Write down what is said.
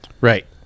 right